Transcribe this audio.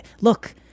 look—